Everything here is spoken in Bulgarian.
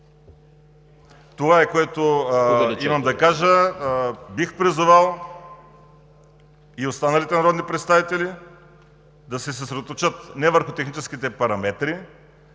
Това е, което имам да кажа. Бих призовал и останалите народни представители да се съсредоточат не върху техническите параметри,